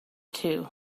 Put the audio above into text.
too